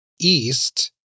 east